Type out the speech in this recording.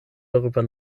darüber